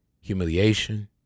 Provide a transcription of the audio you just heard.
humiliation